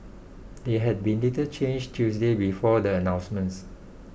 they had been little changed Tuesday before the announcements